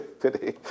today